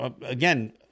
again